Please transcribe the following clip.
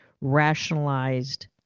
rationalized